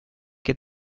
che